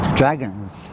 dragons